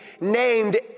named